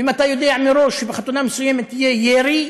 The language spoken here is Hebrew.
ואם אתה יודע מראש שבחתונה מסוימת יהיה ירי,